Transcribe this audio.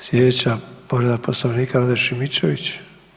Slijedeća povreda Poslovnika Rade Šimičević.